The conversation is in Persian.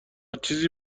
چیزی